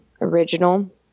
original